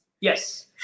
yes